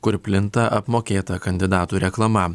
kur plinta apmokėta kandidatų reklama